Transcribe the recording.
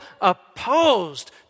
opposed